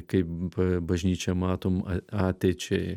kaip bažnyčią matom ateičiai